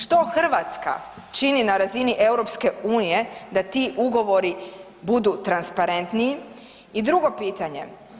Što Hrvatska čini na razini EU da ti ugovori budu transparentniji i drugo pitanje.